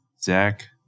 Zach